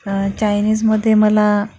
चायनीजमध्ये मला